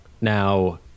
Now